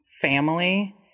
family